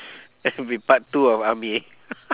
it'll be part two of army